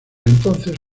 entonces